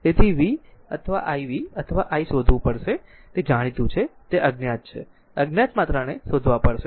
તેથી v અથવા i v અથવા i શોધવું પડશે જે તે જાણીતું છે તે અજ્ઞાત છે અજ્ઞાત માત્રાને શોધવા પડશે